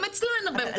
גם אצלה אין הרבה תלונות.